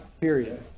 period